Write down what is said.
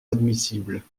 admissibles